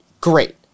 great